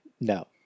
No